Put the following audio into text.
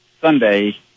Sunday